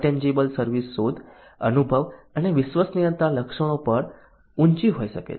intangible service શોધ અનુભવ અથવા વિશ્વસનીયતા લક્ષણો પર ઊંચી હોઈ શકે છે